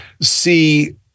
see